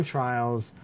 Trials